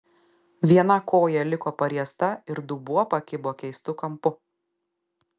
viena koja liko pariesta ir dubuo pakibo keistu kampu